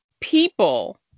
people